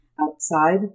outside